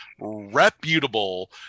reputable